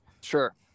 sure